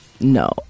No